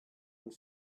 and